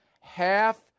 half